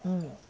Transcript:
eh